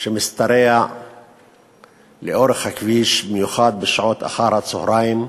שמשתרע לאורך הכביש, במיוחד בשעות אחר-הצהריים.